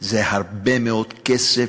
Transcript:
זה הרבה מאוד כסף,